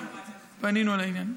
פנינו על העניין.